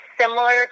similar